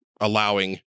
allowing